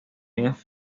habían